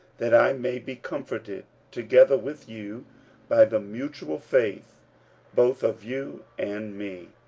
that i may be comforted together with you by the mutual faith both of you and me.